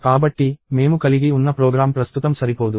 కాబట్టి మేము కలిగి ఉన్న ప్రోగ్రామ్ ప్రస్తుతం సరిపోదు